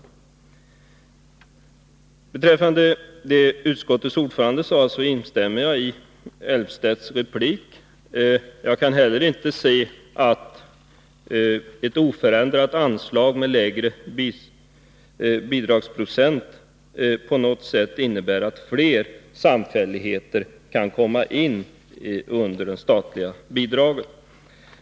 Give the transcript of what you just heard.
När det gäller att bemöta det som utskottets ordförande sade instämmer jag i Claes Elmstedts replik. Inte heller jag kan se att ett oförändrat anslag med lägre bidragsprocent på något sätt innebär att fler samfälligheter kan komma in under det statliga bidragssystemet.